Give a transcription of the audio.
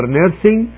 nursing